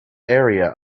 area